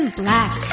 black